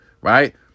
right